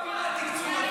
את לא מעבירה תקצוב,